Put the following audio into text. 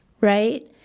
right